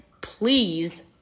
please